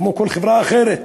כמו כל חברה אחרת.